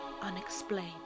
unexplained